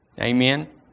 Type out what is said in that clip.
Amen